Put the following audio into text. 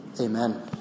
Amen